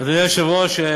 אדוני היושב-ראש,